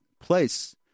place